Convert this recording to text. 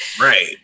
Right